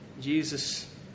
Jesus